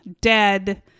dead